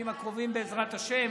דיון בימים הקרובים, בעזרת השם.